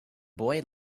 boy